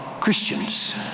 Christians